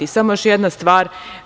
Samo još jedna stvar.